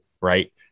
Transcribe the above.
right